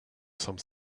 some